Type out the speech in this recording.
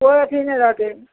कोइ अथी नहि रहतै